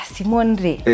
Simone